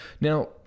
Now